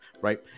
right